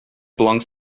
belongs